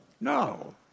no